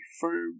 firm